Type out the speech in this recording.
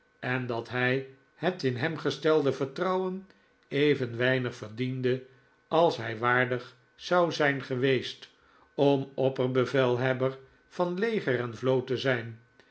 en dat hij het in hem gestelde vertrouwen even weinig verdiende als hij waardig zou zijn geweest om opperbevelhebber van leger en vloot te zijn